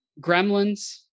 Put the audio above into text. Gremlins